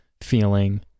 feeling